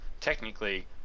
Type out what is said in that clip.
technically